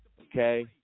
Okay